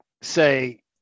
say